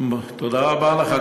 תודה רבה לך.